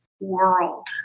world